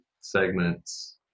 segments